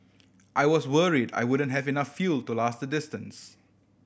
I was worried I wouldn't have enough fuel to last the distance